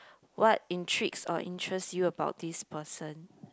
what intrigues or interest you about this person